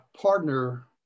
partner